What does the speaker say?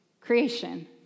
creation